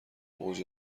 اوج